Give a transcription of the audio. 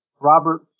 Robert